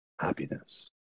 happiness